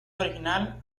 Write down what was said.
original